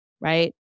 right